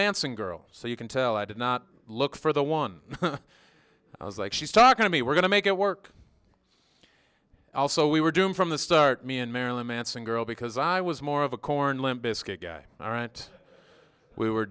manson girl so you can tell i did not look for the one i was like she's talking to me we're going to make it work also we were doomed from the start me and marilyn manson girl because i was more of a corn limp bizkit guy all right we were